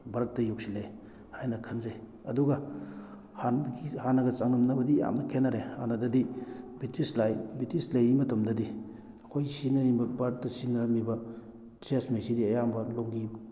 ꯚꯥꯔꯠꯇ ꯌꯧꯁꯤꯜꯂꯛꯑꯦ ꯍꯥꯏꯅ ꯈꯟꯖꯩ ꯑꯗꯨꯒ ꯍꯥꯟꯅꯒꯤ ꯍꯥꯟꯅꯒ ꯆꯥꯡꯗꯝꯅꯕꯗꯤ ꯌꯥꯝꯅ ꯈꯦꯠꯅꯔꯦ ꯍꯥꯟꯅꯗꯗꯤ ꯕ꯭ꯔꯤꯁꯇꯤꯁ ꯕ꯭ꯔꯤꯇꯤꯁ ꯂꯩꯔꯤ ꯃꯇꯝꯗꯗꯤ ꯑꯩꯈꯣꯏ ꯁꯤꯖꯤꯟꯅꯅꯤꯡꯕ ꯚꯥꯔꯠꯇ ꯁꯤꯖꯤꯟꯅꯔꯝꯃꯤꯕ ꯗ꯭ꯔꯦꯁꯈꯩꯁꯤꯗꯤ ꯑꯌꯥꯝꯕ ꯂꯣꯡꯒꯤ